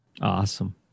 Awesome